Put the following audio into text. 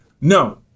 No